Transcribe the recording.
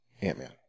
Ant-Man